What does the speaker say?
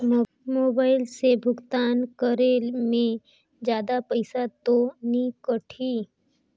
Mobile से भुगतान करे मे जादा पईसा तो नि कटही?